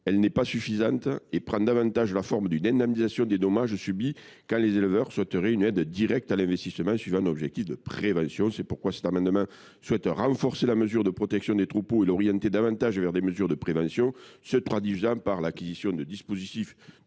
mesure n’est pas suffisante et prend davantage la forme d’une indemnisation des dommages subis, quand les éleveurs souhaiteraient une aide directe à l’investissement répondant à un objectif de prévention. C’est pourquoi cet amendement tend à renforcer la mesure de protection des troupeaux et à l’orienter davantage vers des actions de prévention, comme l’acquisition de dispositifs